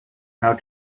how